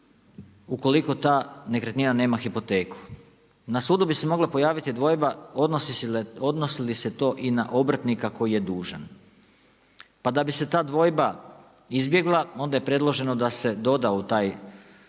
ukoliko ta nekretnina nema hipoteku. Na sudu bi se mogla pojaviti dvojba, odnosi li se to i na obrtnika koji je dužan. Pa da bi se ta dvojba izbjegla onda je predloženo da se doda u taj